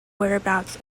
whereabouts